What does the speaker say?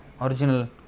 original